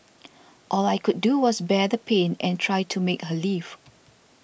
all I could do was bear the pain and try to make her leave